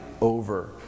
over